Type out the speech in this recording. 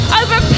over